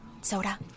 soda